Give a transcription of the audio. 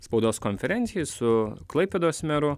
spaudos konferencijai su klaipėdos meru